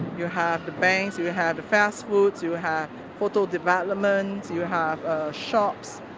you have the banks, you have the fast foods, you have photo development, you have shops.